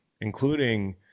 including